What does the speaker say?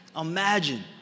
imagine